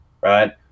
Right